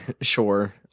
sure